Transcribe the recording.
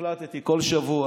החלטתי שכל שבוע